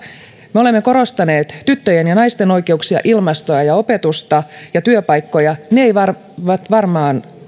me olemme korostaneet tyttöjen ja naisten oikeuksia ilmastoa opetusta ja työpaikkoja ne eivät varmaan jatkossakaan